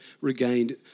regained